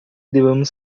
devemos